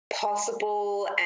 Possible